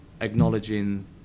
acknowledging